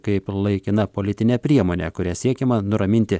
kaip laikina politinė priemonė kuria siekiama nuraminti